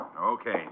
Okay